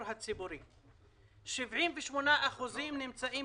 78% נמצאות